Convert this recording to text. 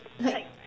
like